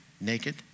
naked